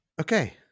Okay